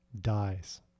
dies